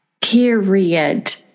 period